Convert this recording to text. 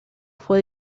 fue